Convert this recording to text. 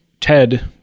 TED